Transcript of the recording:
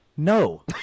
No